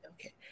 Okay